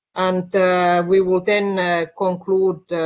and we will then conclude.